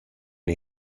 üna